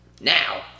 Now